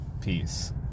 Peace